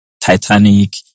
Titanic